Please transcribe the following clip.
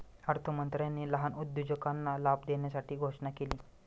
अर्थमंत्र्यांनी लहान उद्योजकांना लाभ देण्यासाठी घोषणा केली